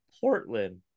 Portland